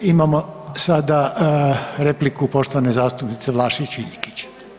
Imamo sada repliku poštovane zastupnice Vlašić Iljkić.